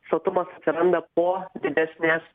sotumas atsiranda po didesnės